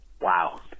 Wow